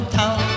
town